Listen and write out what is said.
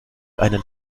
einen